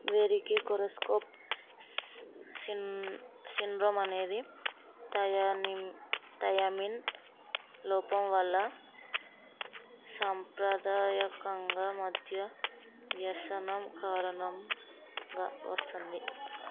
Wernicke Korsakoff syndrome అనేది thiamine thiamine లోపం వల్ల సాంప్రదాయకంగా మద్య వ్యసనం కారణంగా వస్తుంది